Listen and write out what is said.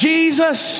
Jesus